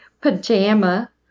pajama